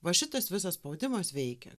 va šitas visas spaudimas veikia